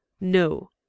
no